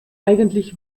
eigentlich